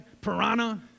Piranha